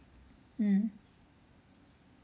hmm